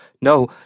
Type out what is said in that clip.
No